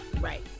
Right